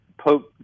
Pope